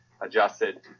adjusted